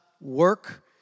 work